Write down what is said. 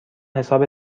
حساب